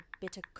bitter